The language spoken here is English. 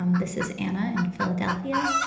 um this is anna in philadelphia.